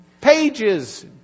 pages